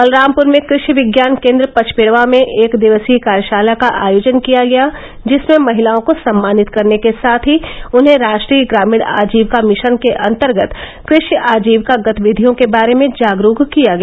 बलरामपुर में कृषि विज्ञान केन्द्र पचपेडवा में एकदिवसीय कार्यशाला का आयोजन किया गया जिसमें महिलाओं को सम्मानित करने के साथ ही उन्हें राष्ट्रीय ग्रामीण आजीविका मिशन के अन्तर्गत कृषि आजीविका गतिविधियों के बारे में जागरूक किया गया